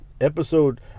episode